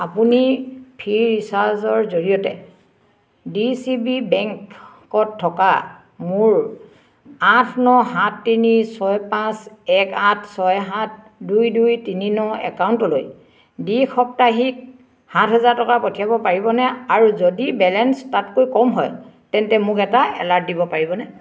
আপুনি ফ্ৰীচাৰ্জৰ জৰিয়তে ডি চি বি বেংকত থকা মোৰ আঠ ন সাত তিনি ছয় পাঁচ এক আঠ ছয় সাত দুই দুই তিনি ন একাউণ্টলৈ দ্বি সাপ্তাহিক সাত হাজাৰ টকা পঠিয়াব পাৰিবনে আৰু যদি বেলেঞ্চ তাতকৈ কম হয় তেন্তে মোক এটা এলাৰ্ট দিব পাৰিবনে